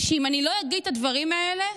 שאם אני לא אגיד את הדברים האלה,